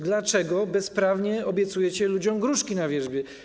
Dlaczego bezprawnie obiecujecie ludziom gruszki na wierzbie?